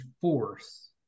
force